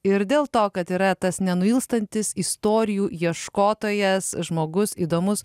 ir dėl to kad yra tas nenuilstantis istorijų ieškotojas žmogus įdomus